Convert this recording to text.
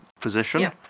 position